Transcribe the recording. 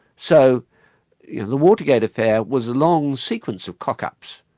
so the watergate affair was a long sequence of cock-ups.